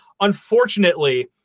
Unfortunately